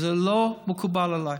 וזה לא מקובל עליי,